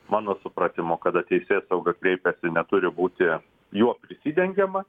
mano supratimu kada teisėsauga kreipiasi neturi būti juo prisidengiama